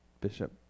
bishop